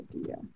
idea